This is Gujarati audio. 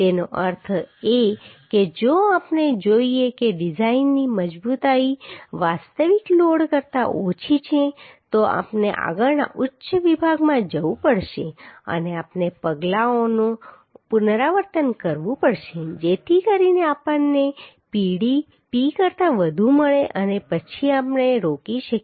તેનો અર્થ એ કે જો આપણે જોઈએ કે ડિઝાઇનની મજબૂતાઈ વાસ્તવિક લોડ કરતા ઓછી છે તો આપણે આગળના ઉચ્ચ વિભાગમાં જવું પડશે અને આપણે પગલાંઓનું પુનરાવર્તન કરવું પડશે જેથી કરીને આપણને Pડી P કરતાં વધુ મળે અને પછી આપણે રોકી શકીએ